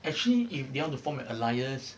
actually if they want to form an alliance